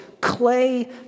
clay